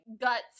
guts